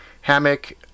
hammock